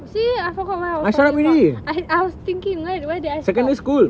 you see I forgot what I want to talk about I I was thinking where where did I stop